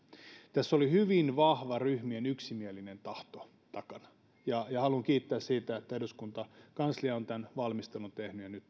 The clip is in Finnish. tässä oli hyvin vahva ryhmien yksimielinen tahto takana ja haluan kiittää siitä että eduskunnan kanslia on tämän valmistelun tehnyt ja nyt